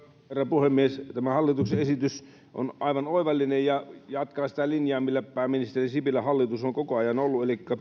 puhemies tämä hallituksen esitys on aivan oivallinen ja jatkaa sitä linjaa millä pääministeri sipilän hallitus on koko ajan ollut elikkä